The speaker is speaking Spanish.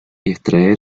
extraer